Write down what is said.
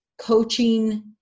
coaching